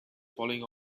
falling